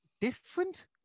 different